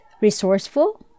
resourceful